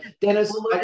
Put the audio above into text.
Dennis